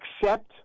accept